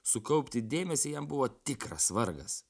sukaupti dėmesį jam buvo tikras vargas